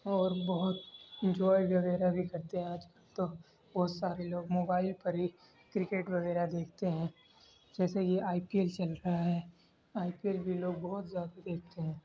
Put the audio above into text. اور بہت انجوئے وغیرہ بھی کرتے ہیں آج تو بہت سے لوگ موبائل پر ہی کرکٹ وغیرہ دیکھتے ہیں جیسے یہ آئی پی ایل چل رہا ہے آئی پی ایل بھی لوگ بہت زیادہ دیکھتے ہیں